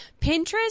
Pinterest